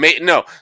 no